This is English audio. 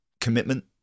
commitment